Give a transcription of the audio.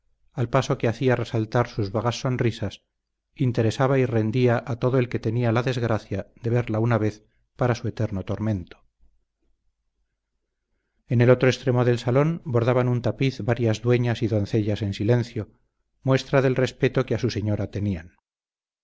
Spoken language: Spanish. al paso que hacía resaltar sus vagas sonrisas interesaba y rendía a todo el que tenía la desgracia de verla una vez para su eterno tormento en el otro extremo del salón bordaban un tapiz varias dueñas y doncellas en silencio muestra del respeto que a su señora tenían